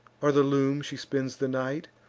or the loom, she spends the night,